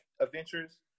Adventures